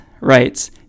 writes